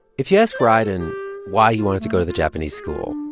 if you ask rieden why he wanted to go to the japanese school,